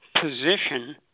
position